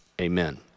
amen